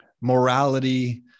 morality